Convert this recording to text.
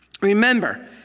remember